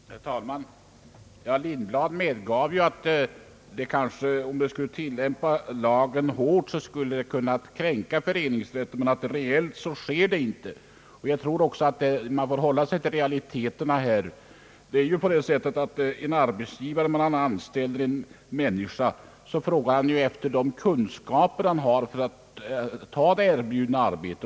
Herr talman! Herr Lindblad medgav att man kanske vid en hård tillämpning av lagen skulle kunna kränka föreningsrätten men att det i realiteten inte sker på det sättet. Jag tror också att vi bör hålla oss till realiteterna på denna punkt. Om en arbetsgivare anställer en person, frågar han efter de kunskaper som vederbörande har för att ta det erbjudna arbetet.